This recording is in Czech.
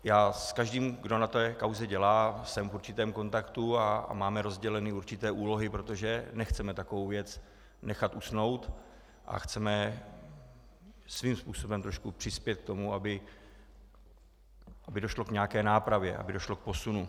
S každým, kdo na té kauze dělá, jsem v určitém kontaktu a máme rozděleny určité úlohy, protože nechceme takovou věc nechat usnout a chceme svým způsobem trošku přispět k tomu, aby došlo k nějaké nápravě, aby došlo k posunu.